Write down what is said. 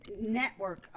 network